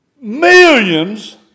millions